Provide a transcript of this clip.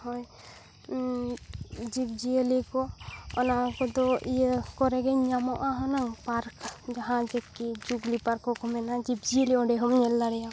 ᱦᱳᱭ ᱡᱤᱵᱽ ᱡᱤᱭᱟᱹᱞᱤ ᱠᱚ ᱚᱱᱟ ᱠᱚᱫᱚ ᱤᱭᱟᱹ ᱠᱚᱨᱮᱜᱮᱧ ᱧᱟᱢᱚᱜᱼᱟ ᱦᱩᱱᱟᱹᱝ ᱯᱟᱨᱠ ᱡᱟᱦᱟᱸ ᱡᱮᱠᱤ ᱡᱩᱜᱽᱞᱤ ᱯᱟᱨᱠ ᱠᱚ ᱠᱚ ᱢᱮᱱᱟ ᱡᱤᱵᱽ ᱡᱤᱭᱟᱹᱞᱤ ᱚᱸᱰᱮ ᱦᱚᱸᱢ ᱧᱮᱞ ᱫᱟᱲᱮᱭᱟ ᱠᱚᱣᱟ